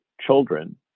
children